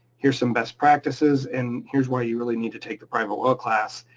here's some best practices, and here's why you really need to take the private well class,